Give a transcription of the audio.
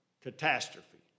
Catastrophe